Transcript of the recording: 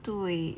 对